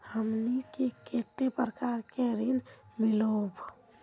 हमनी के कते प्रकार के ऋण मीलोब?